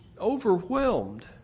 overwhelmed